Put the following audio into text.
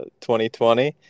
2020